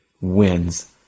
wins